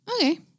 Okay